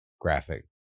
graphic